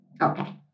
Okay